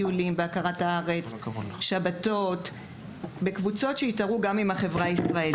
של טיולים להכרת הארץ ושבתות מאורגנות יחד עם ישראלים.